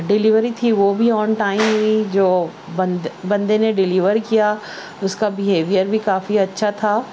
delivery تھی وہ بھی آن ٹائم جو بندے نے ڈلیور کیا اس کا بہیویئر بھی کافی اچھا تھا